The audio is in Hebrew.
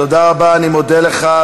תודה רבה, אני מודה לך.